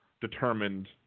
determined